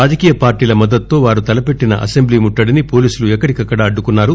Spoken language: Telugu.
రాజకీయ పార్టీల మద్దతుతో వారు తలపెట్టిన అసెంబ్లీ ముట్టడిని పోలీసులు ఎక్కడికక్కడ అడ్డుకున్నారు